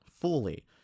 fully